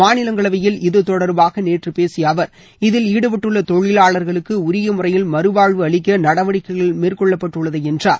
மாநிலங்களவையில் இது தொடர்பாக நேற்று பேசிய அவர் இதில் ஈடுபட்டுள்ள தொழிலாளர்களுக்கு உரிய முறையில் மறுவாழ்வு அளிக்க நடவடிக்கைகள் மேற்கொள்ளப்பட்டுள்ளது என்றார்